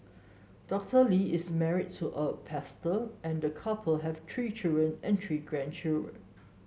Doctor Lee is married to a pastor and the couple have three children and three grandchildren